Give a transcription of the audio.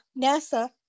NASA